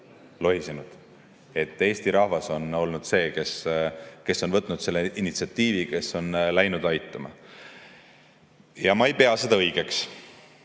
Eesti rahvas on olnud see, kes on võtnud selle initsiatiivi, kes on läinud aitama. Ma ei pea seda õigeks.